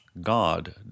God